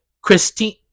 Christine